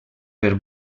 per